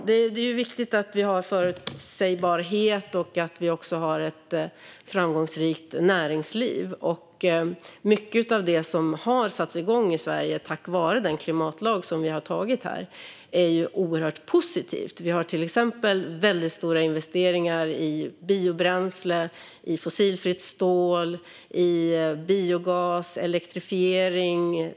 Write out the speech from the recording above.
Det är viktigt att vi har förutsägbarhet och att vi också har ett framgångsrikt näringsliv. Mycket av det som har satts igång i Sverige tack vare den klimatlag som vi har antagit är ju oerhört positivt. Vi har till exempel väldigt stora investeringar i biobränsle, fossilfritt stål, biogas och elektrifiering.